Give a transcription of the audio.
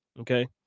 okay